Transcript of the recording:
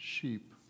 sheep